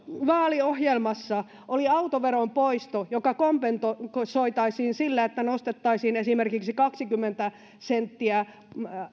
vaaliohjelmassa oli autoveron poisto joka kompensoitaisiin sillä että nostettaisiin esimerkiksi kaksikymmentä senttiä